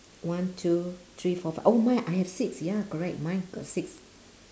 one two three four five oh my I have six ya correct mine got six